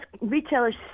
retailers